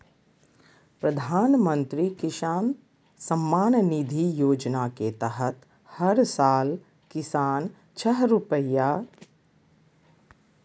प्रधानमंत्री किसान सम्मान निधि योजना के तहत हर साल किसान, छह हजार रुपैया दे हइ